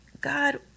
God